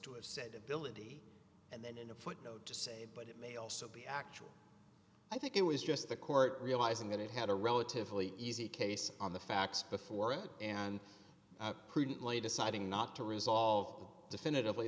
to have said bill it easy and then in a footnote to say but it may also be actual i think it was just the court realizing that it had a relatively easy case on the facts before it and prudently deciding not to resolve definitively